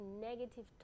negative